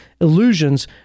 illusions